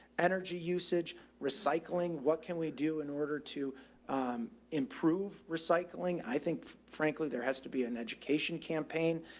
energy usage, recycling. what can we do in order to improve recycling? i think frankly, there has to be an education campaign.